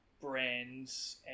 brands